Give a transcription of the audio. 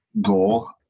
goal